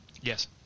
Yes